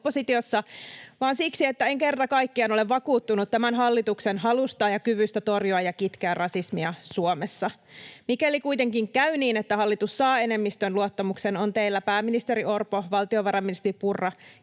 vaan siksi, että en kerta kaikkiaan ole vakuuttunut tämän hallituksen halusta ja kyvystä torjua ja kitkeä rasismia Suomessa. Mikäli kuitenkin käy niin, että hallitus saa enemmistön luottamuksen, on teillä, pääministeri Orpo, valtiovarainministeri Purra,